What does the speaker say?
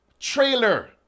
trailer